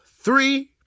three